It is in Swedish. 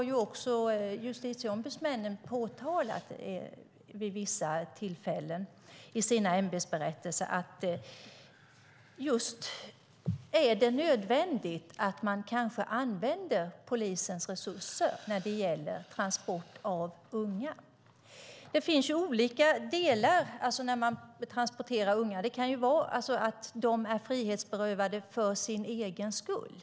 Justitieombudsmännen har vid vissa tillfällen i sina ämbetsberättelser tagit upp frågan om det är nödvändigt att man använder polisens resurser när det gäller transport av unga. Det finns olika delar när man transporterar unga. Det kan vara att de är frihetsberövade för sin egen skull.